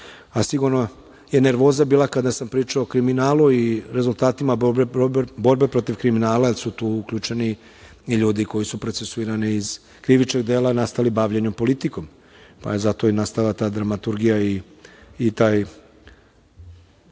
Sigurno je nervoza bila kada sam pričao o kriminalu i rezultatima borbe protiv kriminala, jer su tu uključeni i ljudi koji su procesuirani iz krivičnih dela nastali bavljenjem politikom, pa je zato i nastala ta dramaturgija i taj